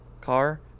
car